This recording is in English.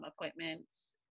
Appointments